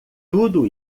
tudo